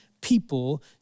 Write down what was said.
people